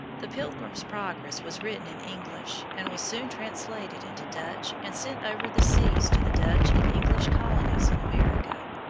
the pilgrim's progress was written in english, and was soon translated into dutch and sent over the seas to the dutch and english colonies in america.